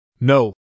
No